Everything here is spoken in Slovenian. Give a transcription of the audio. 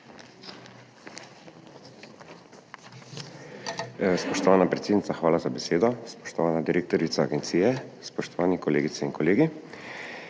Spoštovana predsednica, hvala za besedo. Spoštovana direktorica agencije, spoštovani kolegice in kolegi!